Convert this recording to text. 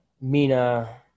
Mina